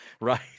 Right